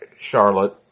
Charlotte